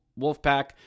Wolfpack